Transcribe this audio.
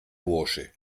bursche